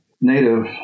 native